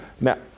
Now